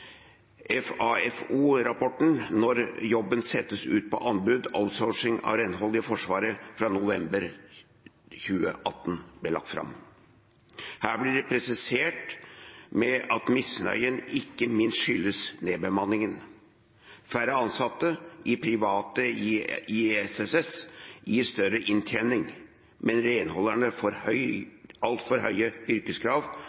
november 2018. Her ble det presisert at misnøyen ikke minst skyldes nedbemanningen. Færre ansatte i det private ISS gir større inntjening, men renholderne får